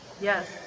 yes